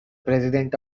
president